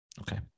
Okay